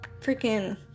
freaking